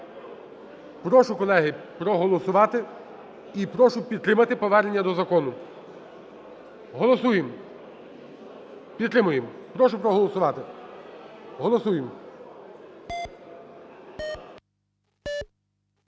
Прошу, колеги, проголосувати і прошу підтримати повернення до закону. Голосуємо, підтримуємо, прошу проголосувати, голосуємо.